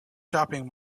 shopping